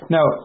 Now